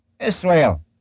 Israel